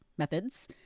methods